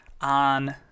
on